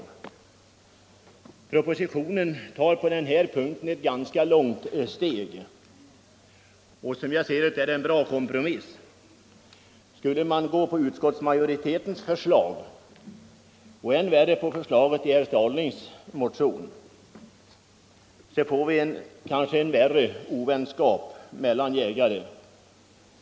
I propositionen tas på denna punkt ett ganska långt steg, och som jag ser det är det en bra kompromiss. Skulle man gå på utskottsmajoritetens förslag eller — än värre — på förslaget i herr Stadlings motion får vi kanske en ökad ovänskap mellan jägarna.